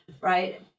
Right